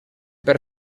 per